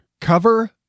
cover